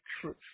truth